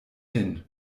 hin